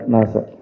Nasa